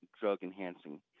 drug-enhancing